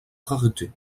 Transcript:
rareté